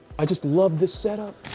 i just love this setup.